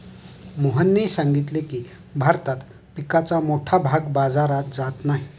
मोहनने सांगितले की, भारतात पिकाचा मोठा भाग बाजारात जात नाही